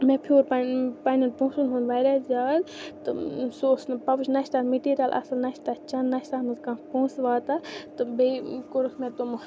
مےٚ پھیوٗر پَن پنٛنٮ۪ن پونٛسَن ہُنٛد واریاہ زیادٕ تہٕ سُہ اوس نہٕ پَوٕچ نہ چھِ تَتھ میٚٹیٖریَل اَصٕل نہ چھِ تَتھ چَند نہ چھِ تَتھ منٛز کانٛہہ پونٛسہٕ واتان تہٕ بیٚیہِ کوٚرُکھ مےٚ تِم